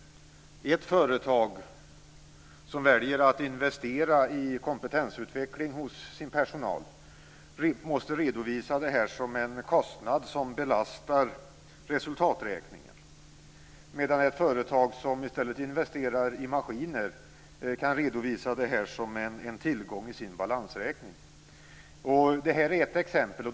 Ett företag som väljer att investera i kompetensutveckling hos sin personal måste redovisa det som en kostnad som belastar resultaträkningen. Ett företag som i stället investerar i maskiner kan redovisa det som en tillgång i sin balansräkning. Det är ett exempel.